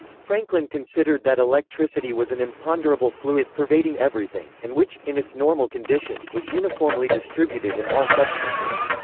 franklin considered that electricity was an imponderable fluid pervading everything, and which, in its normal condition, was uniformly distributed in all substances.